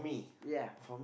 ya